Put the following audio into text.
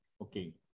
Okay